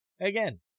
Again